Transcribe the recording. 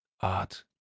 art